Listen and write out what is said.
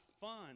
fun